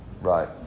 Right